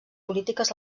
polítiques